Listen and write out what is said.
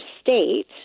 state